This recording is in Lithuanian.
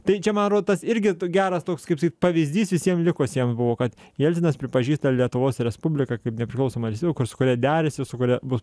tai čia man atrodo tas irgi geras toks kaip sakyt pavyzdys visiems likusiems buvo kad jelcinas pripažįsta lietuvos respubliką kaip nepriklausomą respubliką su kuria derasi su kuria bus